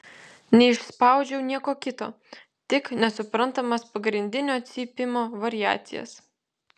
neišspaudžiau nieko kito tik nesuprantamas pagrindinio cypimo variacijas